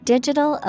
Digital